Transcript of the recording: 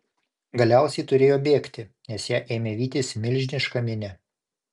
galiausiai turėjo bėgti nes ją ėmė vytis milžiniška minia